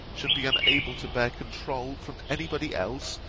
should be unable to bear controul from any body else,